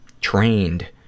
trained